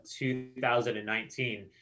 2019